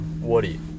Woody